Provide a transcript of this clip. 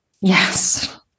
Yes